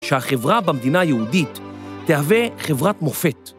שהחברה במדינה היהודית תהווה חברת מופת.